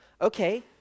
Okay